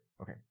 Okay